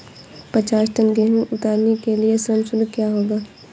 पचास टन गेहूँ उतारने के लिए श्रम शुल्क क्या होगा?